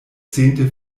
zehnte